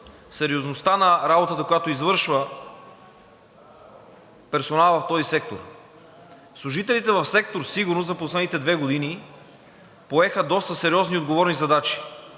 сериозността на работата, която извършва персоналът в този сектор. Служителите в сектор „Сигурност“ за последните две години поеха доста сериозни и отговорни задачи,